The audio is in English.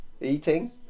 eating